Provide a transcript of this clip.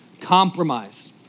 compromise